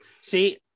see